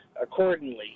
accordingly